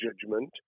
judgment